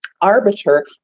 arbiter